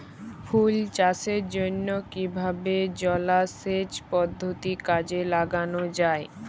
ফুল চাষের জন্য কিভাবে জলাসেচ পদ্ধতি কাজে লাগানো যাই?